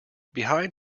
behind